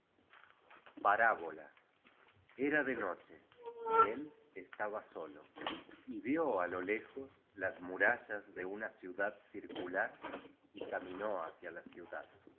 parábola era de noche y él estaba solo y vió á lo lejos las murallas de una ciudad circular y caminó hacia la ciudad